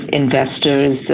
investors